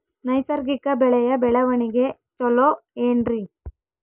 ನೈಸರ್ಗಿಕ ಬೆಳೆಯ ಬೆಳವಣಿಗೆ ಚೊಲೊ ಏನ್ರಿ?